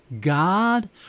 god